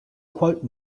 quote